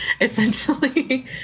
essentially